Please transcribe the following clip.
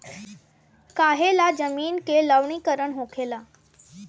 काहें ला जमीन के लवणीकरण होखेला